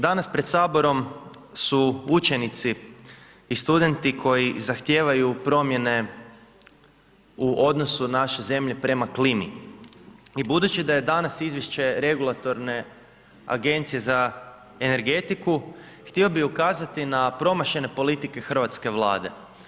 Danas pred Saborom su učenici i studenti koji zahtijevaju promjene u odnosu naše zemlje prema klimi i budući da je danas izvješće regulatorne Agencije za energetiku, htio bih ukazati na promašene politike hrvatske Vlade.